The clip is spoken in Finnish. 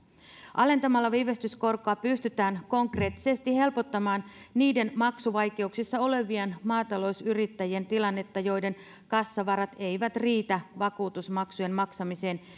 alentamalla viivästyskorkoa pystytään konkreettisesti helpottamaan niiden maksuvaikeuksissa olevien maatalousyrittäjien tilannetta joiden kassavarat eivät riitä vakuutusmaksujen maksamiseen